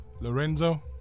Lorenzo